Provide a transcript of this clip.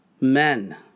men